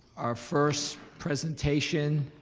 our first presentation